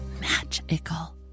magical